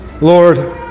Lord